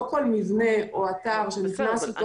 לא כל מבנה או אתר שנכנס לתוך